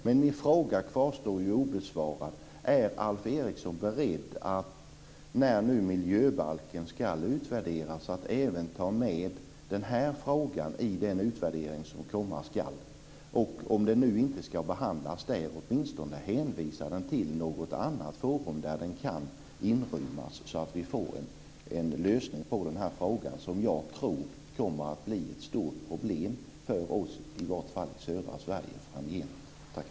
Men min fråga kvarstår obesvarad: Är Alf Eriksson beredd att ta med den här frågan i den utvärdering av miljöbalken som komma ska? Eller kan han om den inte ska behandlas där åtminstone hänvisa den till något annat forum där den kan införlivas, så att vi får en lösning på de här frågorna, som jag tror kommer att bli ett stort problem framgent, i vart fall för oss i södra Sverige?